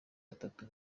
batatu